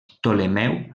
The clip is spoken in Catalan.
ptolemeu